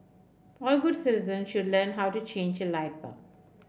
all good citizens should learn how to change a light bulb